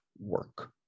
work